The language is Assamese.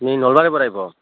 আপুনি নলবাৰী পৰা আহিব